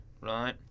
right